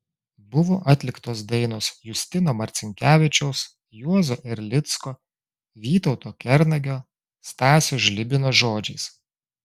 buvo atliktos dainos justino marcinkevičiaus juozo erlicko vytauto kernagio stasio žlibino žodžiais